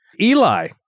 Eli